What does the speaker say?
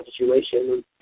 situation